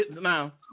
now